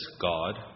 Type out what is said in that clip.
god